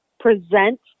present